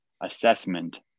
assessment